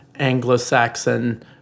Anglo-Saxon